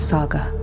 Saga